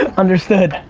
and understood.